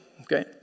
Okay